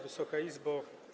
Wysoka Izbo!